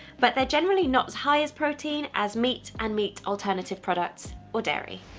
but they're generally not high as protein as meat and meat alternative products, or dairy.